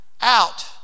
out